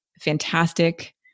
fantastic